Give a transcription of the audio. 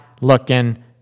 looking